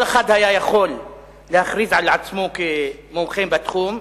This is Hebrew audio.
כל אחד היה יכול להכריז על עצמו מומחה בתחום,